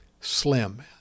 slim